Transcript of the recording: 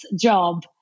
job